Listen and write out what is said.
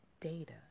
data